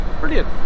brilliant